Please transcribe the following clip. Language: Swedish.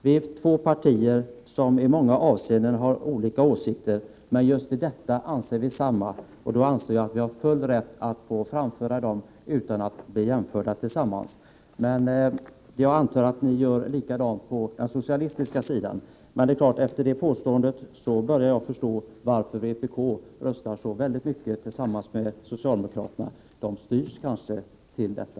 Vi är två partier som i många avseenden har olika åsikter, men i just i denna fråga anser vi detsamma, och då tycker jag att vi har full rätt att föra fram våra åsikter utan att behöva bli jämförda med varandra. Men jag antar att ni gör likadant på den socialistiska sidan. Efter det påstående som Sven Aspling gjorde börjar jag förstå varför vpk röstar så mycket tillsammans med socialdemokraterna. De styrs kanske till detta.